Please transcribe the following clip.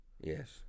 Yes